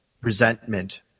resentment